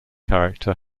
character